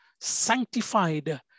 Sanctified